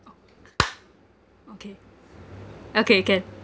okay okay can